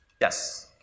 Yes